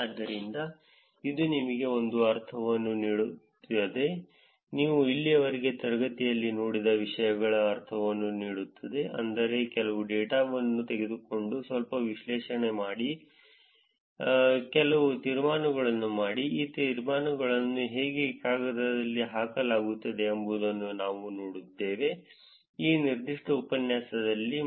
ಆದ್ದರಿಂದ ಇದು ನಿಮಗೆ ಒಂದು ಅರ್ಥವನ್ನು ನೀಡುತ್ತದೆ ನೀವು ಇಲ್ಲಿಯವರೆಗೆ ತರಗತಿಯಲ್ಲಿ ನೋಡಿದ ವಿಷಯಗಳ ಅರ್ಥವನ್ನು ನೀಡುತ್ತದೆ ಅಂದರೆ ಕೆಲವು ಡೇಟಾವನ್ನು ತೆಗೆದುಕೊಂಡು ಸ್ವಲ್ಪ ವಿಶ್ಲೇಷಣೆ ಮಾಡಿ ಕೆಲವು ತೀರ್ಮಾನಗಳನ್ನು ಮಾಡಿ ಈ ತೀರ್ಮಾನಗಳನ್ನು ಹೇಗೆ ಕಾಗದಕ್ಕೆ ಹಾಕಲಾಗುತ್ತದೆ ಎಂಬುದನ್ನು ನಾವು ನೋಡಿದ್ದೇವೆ ಈ ನಿರ್ದಿಷ್ಟ ಉಪನ್ಯಾಸದಲ್ಲಿ